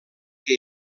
que